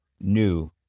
new